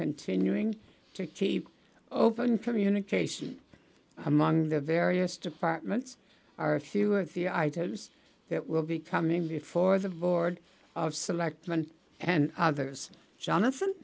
continuing to keep open communication among the various departments are a few of the items that will be coming before the board of selectmen and others jonathan